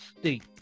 state